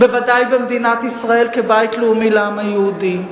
בוודאי במדינת ישראל, כבית לאומי לעם היהודי.